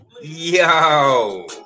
yo